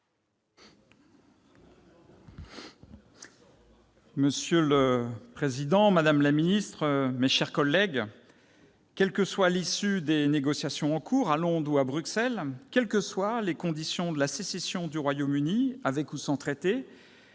Monsieur le président, madame la secrétaire d'État, mes chers collègues, quelle que soit l'issue des négociations en cours à Londres ou à Bruxelles, quelles que soient les conditions de la sécession du Royaume-Uni, avec ou sans traité,